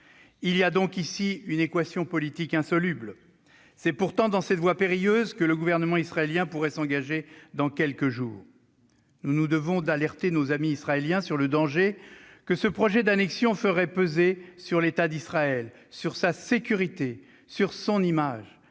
Il y a là une équation politique insoluble. C'est pourtant dans cette voie périlleuse que le gouvernement israélien pourrait s'engager dans quelques jours. Nous devons alerter nos amis israéliens sur le danger que ce projet d'annexion ferait peser sur l'État d'Israël, sur sa sécurité, sur son image